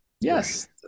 yes